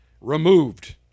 Removed